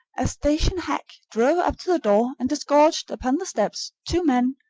a station hack drove up to the door and disgorged upon the steps two men,